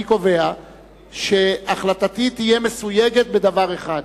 אני קובע שהחלטתי תהיה מסויגת בדבר אחד.